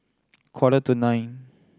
quarter to nine